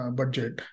budget